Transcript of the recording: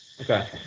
Okay